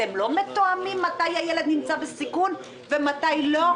אתם לא מתואמים מתי הילד נמצא בסיכון ומתי לא?